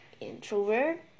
introvert